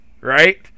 right